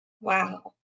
wow